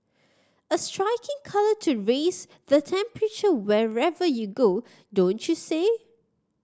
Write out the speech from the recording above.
a striking colour to raise the temperature wherever you go don't you say